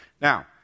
Now